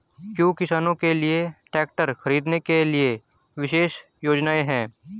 क्या किसानों के लिए ट्रैक्टर खरीदने के लिए विशेष योजनाएं हैं?